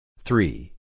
Three